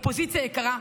אופוזיציה יקרה,